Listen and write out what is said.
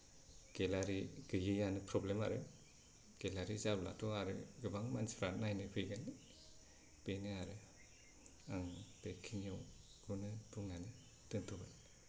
gallery गैयैआनो problem आरो गेलारि जाब्लाथ' आरो गोबां मानसिफ्रा नायनो फैगोन बेनो आरो आं बेखिनियावखौनो बुंनानै दोन्थ'बाय